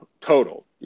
total